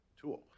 tool